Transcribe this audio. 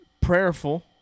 prayerful